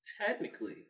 technically